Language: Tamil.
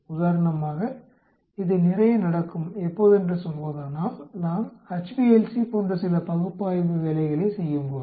உதாரணமாக இது நிறைய நடக்கும் எப்போதென்று சொல்வதானால் நாம் HPLC போன்ற சில பகுப்பாய்வு வேலைகளைச் செய்யும்போது